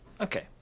Okay